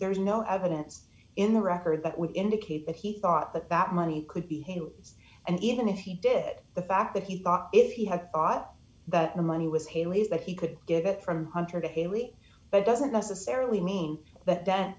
there is no evidence in the record that would indicate that he thought that that money could be him and even if he did the fact that he thought if you had thought that money was hailey's that he could give it from hunter to hailey but doesn't necessarily mean that that